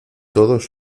todos